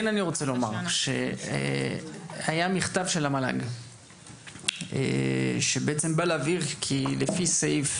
היה מכתב של המל"ג שבא להבהיר שלפי סעיף